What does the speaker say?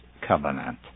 covenant